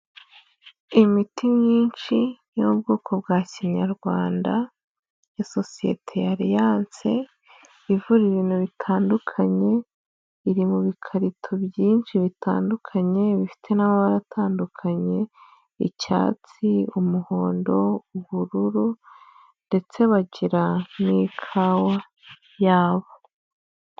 Imiti myinshi y'ubwoko bwa kinyarwanda ya sosiyete ya Aliance ivura ibintu bitandukanye, iri mu karito byinshi bitandukanye bifite n'amabara atandukanye, icyatsi, umuhondo, ubururu ndetse bagira n'ikawa yabo.